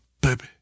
Baby